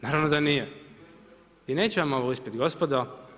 Naravno da nije i neće vam ovo uspjeti gospodo.